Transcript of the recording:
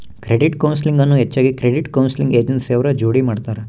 credit counselling ಅನ್ನು ಹೆಚ್ಚಾಗಿ credit counselling agency ಅವ್ರ ಜೋಡಿ ಮಾಡ್ತರ